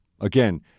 Again